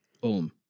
boom